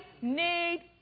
need